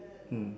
mm